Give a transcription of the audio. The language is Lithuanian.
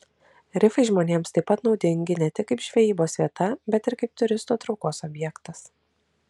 rifai žmonėms taip pat naudingi ne tik kaip žvejybos vieta bet ir kaip turistų traukos objektas